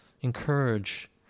encourage